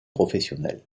professionnels